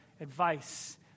advice